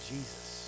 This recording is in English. Jesus